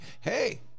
hey